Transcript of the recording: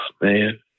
man